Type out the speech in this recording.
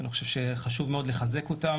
אני חושב שחשוב מאוד לחזק אותן.